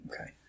Okay